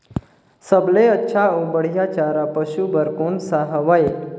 सबले अच्छा अउ बढ़िया चारा पशु बर कोन सा हवय?